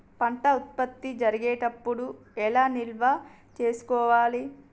పంట ఉత్పత్తి జరిగేటప్పుడు ఎలా నిల్వ చేసుకోవాలి?